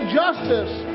justice